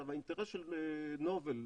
האינטרס של נובל,